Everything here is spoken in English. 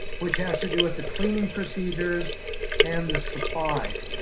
which has to do with the cleaning procedures and the supplies.